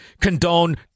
condone